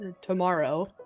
Tomorrow